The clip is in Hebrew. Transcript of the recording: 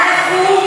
אחת?